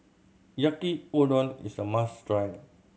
Yaki Udon is a must try